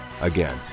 Again